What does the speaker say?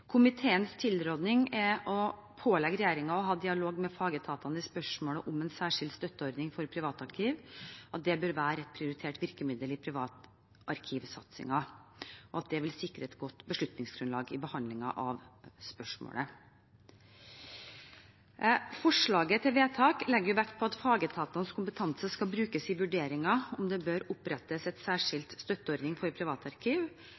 Komiteens tilråding er å pålegge regjeringen å ha dialog med fagetatene i spørsmålet om en særskilt støtteordning for privatarkiv, at det bør være et prioritert virkemiddel i privatarkivsatsingen, og at det vil sikre et godt beslutningsgrunnlag i behandlingen av spørsmålet. Forslaget til vedtak legger vekt på at fagetatenes kompetanse skal brukes i vurderingen om det bør opprettes en særskilt støtteordning for privatarkiv.